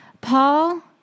Paul